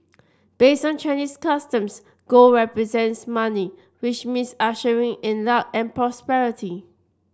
based on Chinese customs gold represents money which means ushering in luck and prosperity